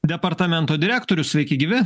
departamento direktorius sveiki gyvi